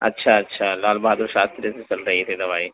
اچھا اچھا لال بہادر شاستری سے چل رہی تھی دوائی